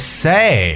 say